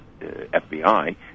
FBI